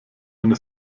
eine